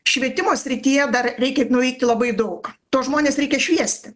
švietimo srityje dar reikia nuveikti labai daug tuos žmones reikia šviesti